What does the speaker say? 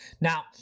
now